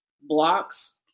blocks